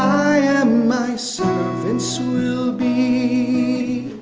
i am, my so servants will be.